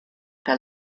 fell